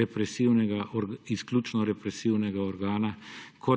represivnega, izključno represivnega organa,